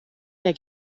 der